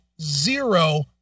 zero